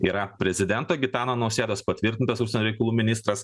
yra prezidento gitano nausėdos patvirtintas užsienio reikalų ministras